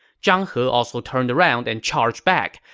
zhang he also turned around and charged back.